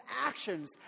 actions